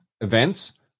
events